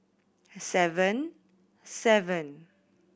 seven seven